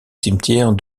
cimetière